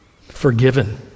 forgiven